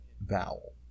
vowel